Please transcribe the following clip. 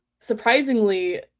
surprisingly